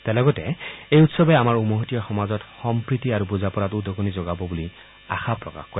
তেওঁ লগতে এই উৎসৱে আমাৰ উমৈহতীয়া সমাজত সম্প্ৰীতি আৰু বুজাপৰাত উদগণি যোগাব বুলি আশা প্ৰকাশ কৰে